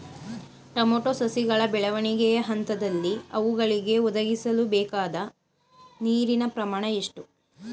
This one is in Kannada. ಟೊಮೊಟೊ ಸಸಿಗಳ ಬೆಳವಣಿಗೆಯ ಹಂತದಲ್ಲಿ ಅವುಗಳಿಗೆ ಒದಗಿಸಲುಬೇಕಾದ ನೀರಿನ ಪ್ರಮಾಣ ಎಷ್ಟು?